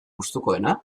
gustukoena